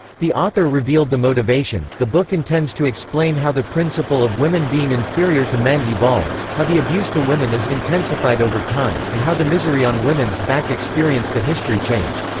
the author revealed the motivation the book intends to explain how the principle of women being inferior to men evolves how the abuse to women is intensified over time and how the misery on women's back experience the history change.